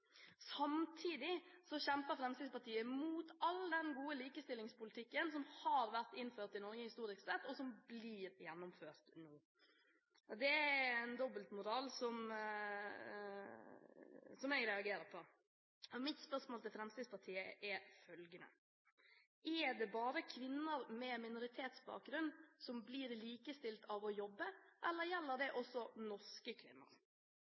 Samtidig kjemper Fremskrittspartiet imot all den gode likestillingspolitikken som har vært innført i Norge historisk sett, og som blir gjennomført nå. Dette er en dobbeltmoral jeg reagerer på. Mitt spørsmål til Fremskrittspartiet er følgende: Er det bare kvinner med minoritetsbakgrunn som blir likestilte av å jobbe, eller gjelder det også norske